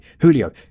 Julio